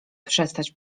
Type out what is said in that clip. przestać